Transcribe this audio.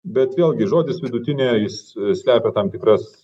bet vėlgi žodis vidutinė jis slepia tam tikras